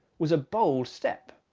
was a bold step.